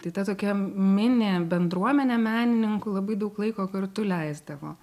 tai ta tokia mini bendruomenė menininkų labai daug laiko kartu leisdavo